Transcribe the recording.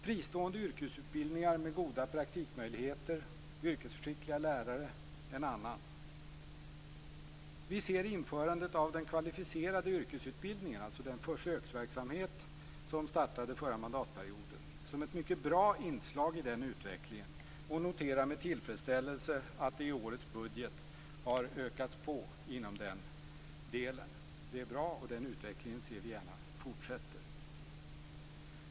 Fristående yrkesutbildningar med goda praktikmöjligheter och yrkesskickliga lärare är en annan. Vi ser införandet av den kvalificerade yrkesutbildningen, alltså den försöksverksamhet som startade förra mandatperioden, som ett mycket bra inslag i den utvecklingen och noterar med tillfredsställelse att de i årets budget har ökats på i den delen. Det är bra, och vi ser gärna att den utvecklingen fortsätter.